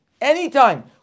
anytime